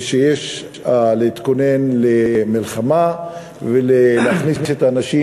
ושיש להתכונן למלחמה ולהכניס את האנשים